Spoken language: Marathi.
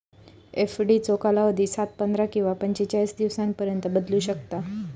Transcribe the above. एफडीचो कालावधी सात, पंधरा किंवा पंचेचाळीस दिवसांपर्यंत बदलू शकता